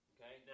Okay